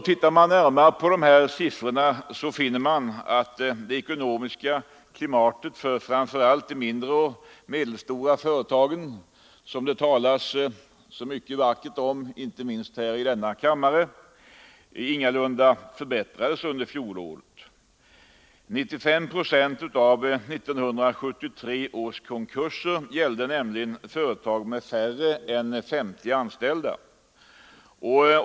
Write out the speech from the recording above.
Tittar man närmare på siffrorna finner man att det ekonomiska klimatet för framför allt den mindre och medelstora företagsamheten, som det talas så vackert om inte minst i denna kammare, ingalunda förbättrades under fjolåret; 95 procent av 1973 års konkurser gällde nämligen företag med färre än 50 anställda.